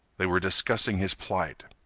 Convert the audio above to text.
they were discussing his plight,